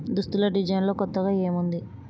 దుస్తుల డిజైనులో కొత్తగా ఏముంది